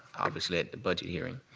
obviously, at the budget hearing,